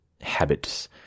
habits